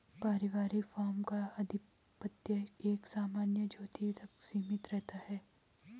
पारिवारिक फार्म का आधिपत्य एक सामान्य ज्योति तक सीमित रहता है